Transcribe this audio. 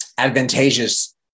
Advantageous